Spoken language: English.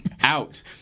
Out